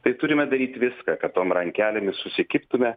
tai turime daryt viską kad tom rankelėmis susikibtumėme